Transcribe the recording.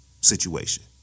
situation